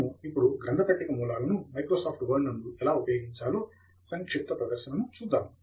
మనము ఇప్పుడు గ్రంథ పట్టిక మూలాలను మైక్రోసాఫ్ట్ వర్డ్ నందు ఎలా ఉపయోగించాలో సంక్షిప్త ప్రదర్శనను చూద్దాము